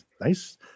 Nice